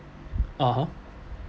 ah